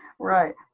right